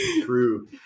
True